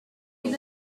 como